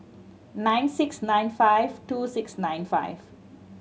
nine six nine five two six nine five